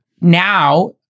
Now